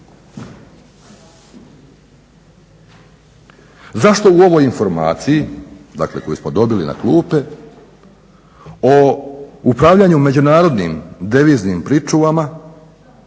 Zašto u ovoj informaciji, dakle koju smo dobili na klupe, o upravljanju međunarodnim deviznim pričuvama